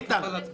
את יכולה להצביע.